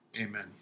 Amen